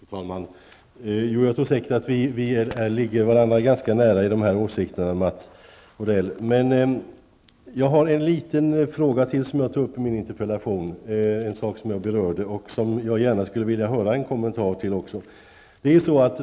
Fru talman! Jag tror säkert att vi ligger varandra nära i åsikterna, Mats Odell. Men det var ytterligare en liten fråga som jag tog upp i min interpellation och som jag gärna skulle vilja ha en kommentar till.